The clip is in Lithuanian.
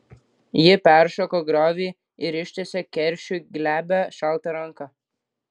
ji peršoko griovį ir ištiesė keršiui glebią šaltą ranką